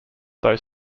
though